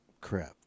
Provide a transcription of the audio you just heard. Crap